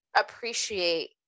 appreciate